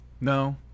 No